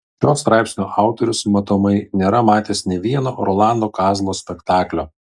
šio straipsnio autorius matomai nėra matęs nė vieno rolando kazlo spektaklio